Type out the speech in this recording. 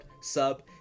sub